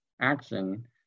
action